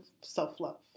self-love